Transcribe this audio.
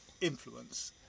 influence